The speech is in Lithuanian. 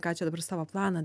ką čia dabar savo planą